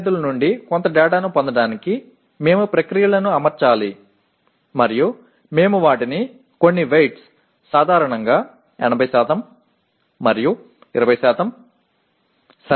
அவற்றில் சில கடினமாக இருக்கலாம் ஆனால் முதலாளிகளிடமிருந்தும் பழைய மாணவர்களிடமிருந்தும் சில தகவல்களை பெறுவதற்கு நாம் செயல்முறைகளை அமைக்க வேண்டும்